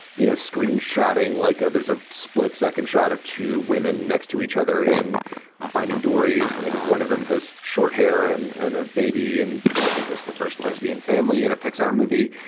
you know, screen shotting like. ah there's a split second shot of two women next to each other in finding dory. and one of them has short hair and and a baby. and people like, is this the first lesbian family in a pixar movie?